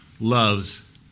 loves